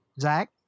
Zach